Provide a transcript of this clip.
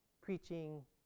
preaching